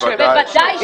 בוודאי שכן.